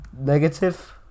negative